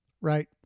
Right